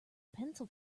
pencil